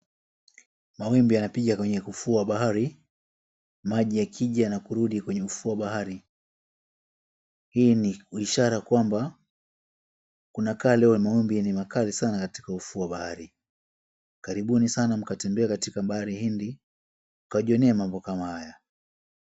Mawimbi yanapiga kwenye ufuo wa bahari maji yakija na kurudi kwenye ufuo wa bahari. Hii ni ishara kwamba kunakaa leo mawimbi ni makali sana katika ufuo wa bahari. Karibuni sana mkatembee kwenye Bahari Hindi mkajionee mambo kama haya.